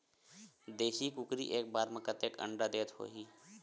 देशी कुकरी एक बार म कतेकन अंडा देत होही?